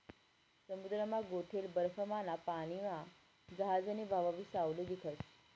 समुद्रमा गोठेल बर्फमाना पानीमा जहाजनी व्हावयी सावली दिखस